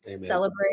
celebrate